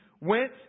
went